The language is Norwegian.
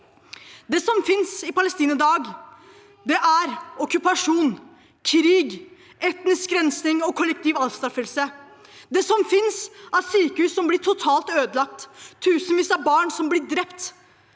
Det som finnes i Palestina i dag, er okkupasjon, krig, etnisk rensing og kollektiv avstraffelse. Det som finnes, er sykehus som blir totalt ødelagt, tusenvis av barn som blir drept,